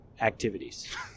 activities